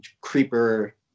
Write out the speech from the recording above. creeper